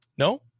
No